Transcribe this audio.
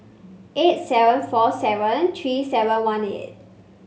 eight seven four seven three seven one eight